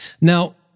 Now